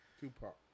tupac